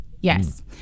Yes